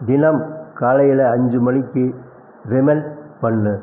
தினம் காலையில் அஞ்சு மணிக்கு ரிமைண்ட் பண்ணு